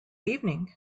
evening